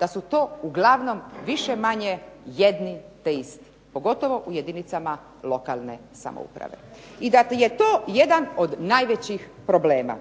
Da su to uglavnom više-manje jedni te isti, pogotovo u jedinicama lokalne samouprave. I da je to jedan od najvećih problema.